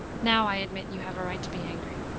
now i admit you have a right to be angry.